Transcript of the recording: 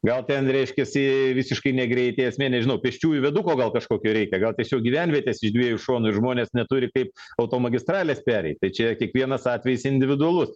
gal ten reiškiasi visiškai ne greity esmė nežinau pėsčiųjų viaduko gal kažkokio reikia gal tiesiog gyvenvietės iš dviejų šonų ir žmonės neturi kaip automagistralės pereiti tai čia kiekvienas atvejis individualus